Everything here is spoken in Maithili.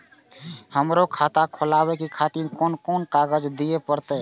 हमरो खाता खोलाबे के खातिर कोन कोन कागज दीये परतें?